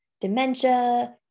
dementia